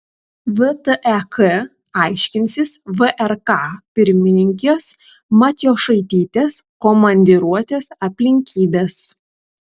vtek aiškinsis vrk pirmininkės matjošaitytės komandiruotės aplinkybes